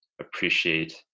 appreciate